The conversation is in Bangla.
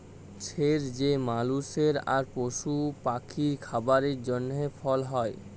ছের যে মালুসের আর পশু পাখির খাবারের জ্যনহে ফল হ্যয়